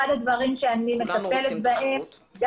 אחד הדברים שאני מטפלת בהם,